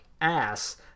ass